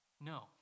No